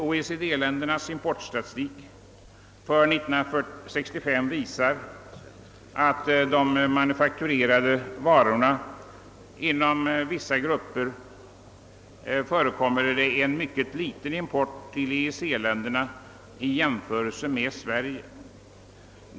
OECD-ländernas importstatistik för 1965 visar att det bland de manufakturerade varorna inom vissa grupper förekommer mycket liten import till EEC-länderna i jämförelse med till Sverige.